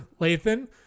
Lathan